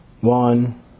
One